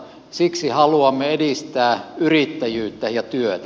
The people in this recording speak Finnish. siksi haluamme edistää yrittäjyyttä ja työtä